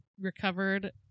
recovered